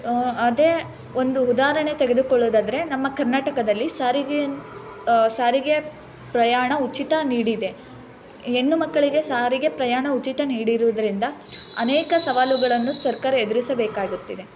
ಅದೇ ಒಂದು ಉದಾಹರಣೆ ತೆಗೆದುಕೊಳ್ಳೋದಾದ್ರೆ ನಮ್ಮ ಕರ್ನಾಟಕದಲ್ಲಿ ಸಾರಿಗೆ ಸಾರಿಗೆಯ ಪ್ರಯಾಣ ಉಚಿತ ನೀಡಿದೆ ಹೆಣ್ಣು ಮಕ್ಕಳಿಗೆ ಸಾರಿಗೆ ಪ್ರಯಾಣ ಉಚಿತ ನೀಡಿರುವುದ್ರಿಂದ ಅನೇಕ ಸವಾಲುಗಳನ್ನು ಸರ್ಕಾರ ಎದುರಿಸಬೇಕಾಗುತ್ತಿದೆ